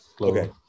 Okay